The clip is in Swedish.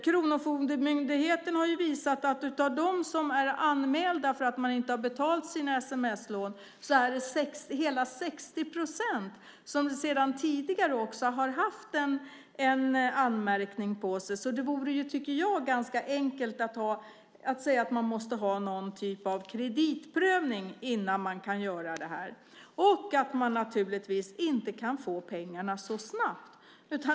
Kronofogdemyndigheten har visat att av dem som är anmälda för att de inte har betalat sina sms-lån är det hela 60 procent som sedan tidigare har en anmärkning på sig. Därför vore det, tycker jag, ganska enkelt att säga att det måste vara någon typ av kreditprövning innan man kan göra det här. Och man ska naturligtvis inte kunna få pengarna så snabbt.